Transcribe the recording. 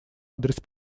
адрес